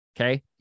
Okay